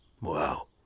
Wow